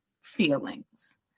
feelings